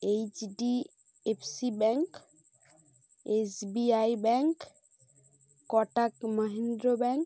H D F C bank S B I bank Kotak Mahindra bank